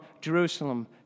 Jerusalem